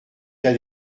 cas